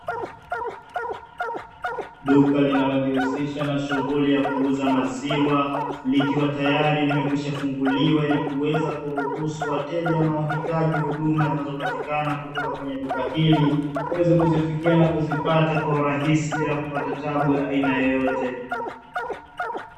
Duka linalo jihusisha na shughuli ya kuuza maziwa likiwa tayari limekwisha funguliwa, ili kuweza kuruhusu wateja wanaohitaji huduma zinazopatikana kutoka kwenye duka hili waweze kuzifikia na kuzipata kwa urahisi bila kupata taabu ya aina yoyote.